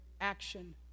action